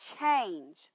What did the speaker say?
Change